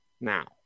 now